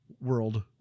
World